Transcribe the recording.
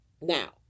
Now